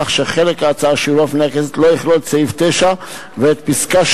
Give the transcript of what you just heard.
כך שחלק ההצעה שיובא בפני הכנסת לא יכלול את סעיף 9 ואת פסקה (3)